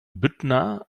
büttner